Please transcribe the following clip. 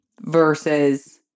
Versus